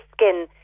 skin